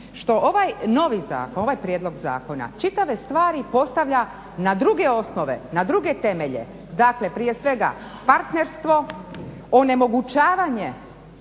zbog toga što ovaj prijedlog zakona čitave stvari postavlja na druge osnove, na druge temelje. Dakle prije svega partnerstvo, onemogućavanje,